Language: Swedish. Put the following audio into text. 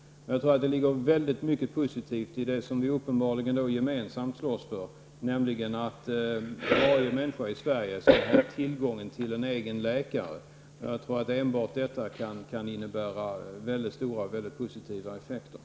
Jag tror att det ligger väldigt mycket positivt i det som vi uppenbarligen nu gemensamt slåss för, nämligen att alla människor i Sverige skall ha tillgång till en egen läkare. Jag tror att enbart detta kan få väldigt positiva effekter.